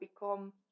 become